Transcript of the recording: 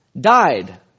died